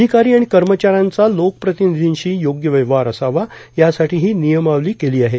अधिकारी आणि कर्मचाऱ्यांचा लोकप्रतिनिधींशी योग्य व्यवहार असावा यासाठीही नियमावली केली आहे